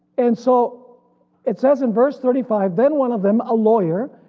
and so it says in verse thirty five. then one of them, a lawyer,